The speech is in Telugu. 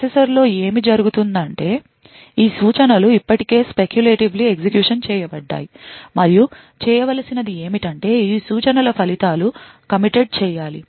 ప్రాసెసర్లో ఏమి జరుగుతుందంటే ఈ సూచనలు ఇప్పటికే speculatively ఎగ్జిక్యూషన్ చేయబడ్డాయి మరియు చేయవలసినది ఏమిటంటే ఈ సూచనల ఫలితాలు committed చేయాలి